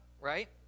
Right